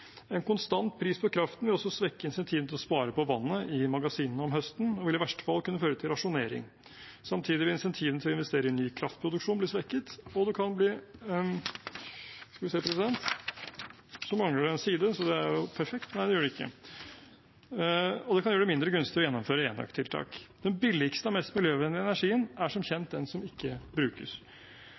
En konstant pris på kraften vil også svekke insentivene til å spare på vannet i magasinene om høsten og vil i verste fall kunne føre til rasjonering. Samtidig vil insentivene til å investere i ny kraftproduksjon bli svekket, og det kan gjøre det mindre gunstig å gjennomføre enøktiltak. Den billigste og mest miljøvennlige energien er som kjent den som ikke brukes. Norges kraftsystem er svært følsomt for svingninger i temperatur og nedbør, og tilsiget til norske vannmagasiner varierer betydelig mellom tørrår og